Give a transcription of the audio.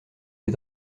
des